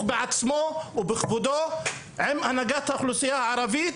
בעצמו ובכבודו עם הנהגת האוכלוסייה הערבית,